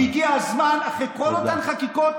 ולכן אנחנו אומרים,